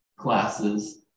classes